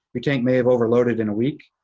your tank may have overloaded in a week.